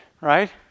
right